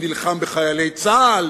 "נלחם בחיילי צה"ל",